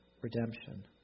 redemption